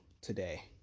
today